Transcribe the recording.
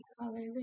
Hallelujah